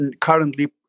currently